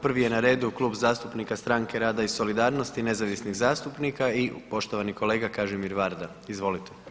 Prvi je na redu Klub zastupnika Stranke rada i solidarnosti i nezavisnih zastupnika, poštovani kolega Kažimir Varda, izvolite.